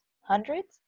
Hundreds